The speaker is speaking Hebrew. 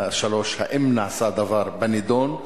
3. האם נעשה דבר בנדון?